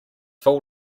full